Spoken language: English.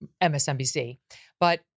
MSNBC—but